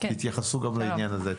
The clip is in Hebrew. תתייחסו גם לעניין הזה.